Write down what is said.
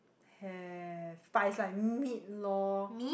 have but is like meat lor